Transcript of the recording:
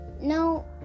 No